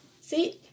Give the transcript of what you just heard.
See